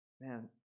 Man